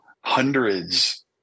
hundreds